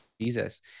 Jesus